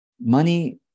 Money